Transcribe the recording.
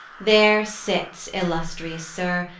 there sits, illustrious sir,